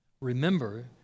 Remember